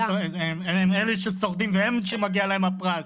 הם אלה ששורדים והם שמגיע להם הפרס.